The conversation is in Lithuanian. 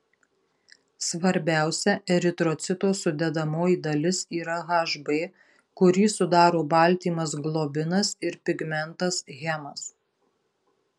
svarbiausia eritrocito sudedamoji dalis yra hb kurį sudaro baltymas globinas ir pigmentas hemas